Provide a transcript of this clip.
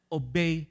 obey